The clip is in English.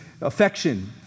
affection